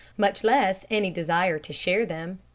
much less any desire to share them.